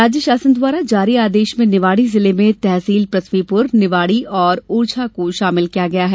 राज्य शासन द्वारा जारी आदेश में निवाड़ी जिले में तहसील पृथ्वीपुर निवाड़ी और ओरछा को शामिल किया गया है